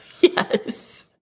Yes